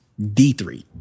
D3